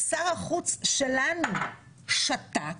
שר החוץ שלנו שתק